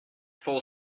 full